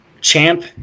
champ